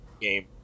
game